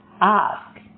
Ask